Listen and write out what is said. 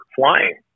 flying